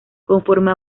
conforme